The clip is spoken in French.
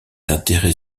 intérêt